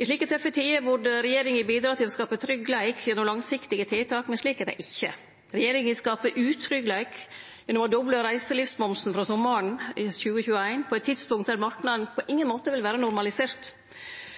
I slike tøffe tider burde regjeringa bidra til å skape tryggleik gjennom langsiktige tiltak, men slik er det ikkje. Regjeringa skapar utryggleik ved å doble reiselivsmomsen frå sommaren 2021 – på eit tidspunkt der marknaden på ingen måte vil vere normalisert.